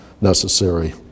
necessary